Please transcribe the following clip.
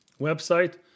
website